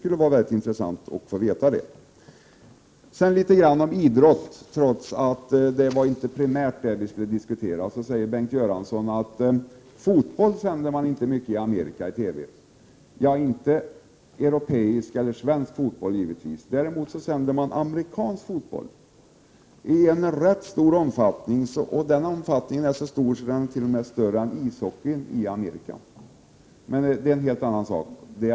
Det vore intressant att få veta detta. Sedan något om idrotten, trots att vi inte primärt skall diskutera den. Bengt Göransson säger att fotboll inte sänds ofta i TV i USA. Nej, inte europeisk eller svensk fotboll givetvis. Däremot sänder man amerikansk fotboll i rätt stor omfattning, t.o.m. i större omfattning än ishockey. Men det är en annan sak.